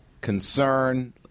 concern